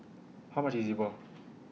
How much IS E Bua